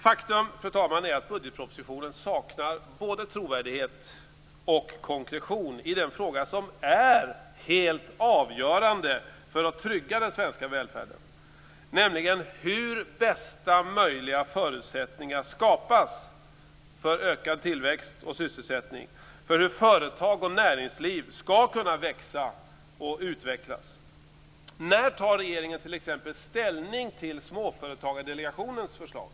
Faktum är, fru talman, att budgetpropositionen saknar både trovärdighet och konkretion i den fråga som är helt avgörande för att trygga den svenska välfärden, nämligen hur bästa möjliga förutsättningar skapas för ökad tillväxt och sysselsättning, för hur företag och näringsliv skall kunna växa och utvecklas. När tar regeringen t.ex. ställning till Småföretagardelegationens förslag?